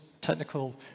technical